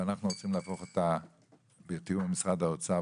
ואנחנו רוצים בתיאום עם משרד האוצר,